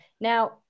Now